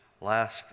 last